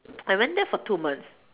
I went there for two months